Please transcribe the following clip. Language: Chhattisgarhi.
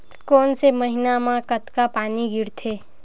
कोन से महीना म कतका पानी गिरथे?